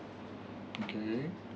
okay